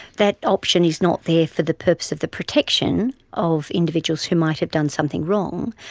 that option is not there for the purpose of the protection of individuals who might have done something wrong,